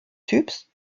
typs